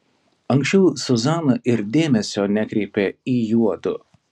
anksčiau zuzana ir dėmesio nekreipė į juodu